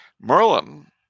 Merlin